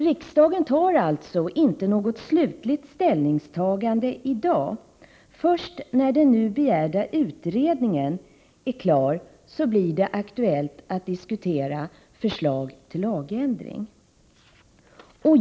Riksdagen gör alltså inte något slutligt ställningstagande i dag. Först när den nu begärda utredningen är klar blir det aktuellt att diskutera förslag till lagändring.